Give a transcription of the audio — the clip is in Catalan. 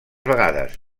vegades